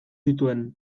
zituen